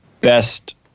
best